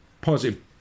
positive